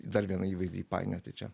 dar vieną įvaizdį įpainioti čia